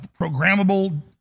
programmable